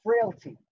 Frailty